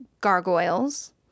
Gargoyles